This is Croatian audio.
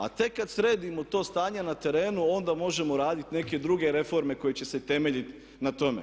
A tek kada sredimo to stanje na terenu onda možemo raditi neke druge reforme koje će se temeljiti na tome.